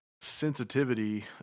sensitivity